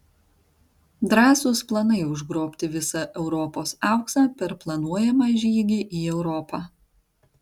drąsūs planai užgrobti visą europos auksą per planuojamą žygį į europą